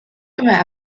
immer